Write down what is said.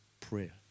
prayer